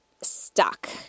stuck